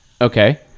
Okay